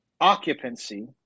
occupancy